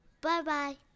Bye-bye